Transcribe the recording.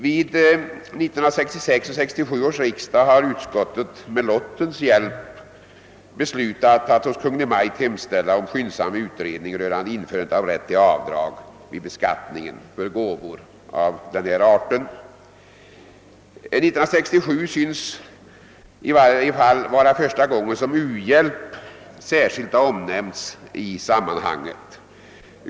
Vid 1966 och 1967 års riksdagar har utskottet med lottens hjälp biträtt förslag om att hos Kungl. Maj:t hemställa om skyndsam utredning rörande införande av rätt till avdrag vid beskattningen för gåvor av denna art. 1967 synes i varje fall vara första gången som u-hjälp särskilt har omnämnts i sammanhanget.